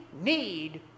need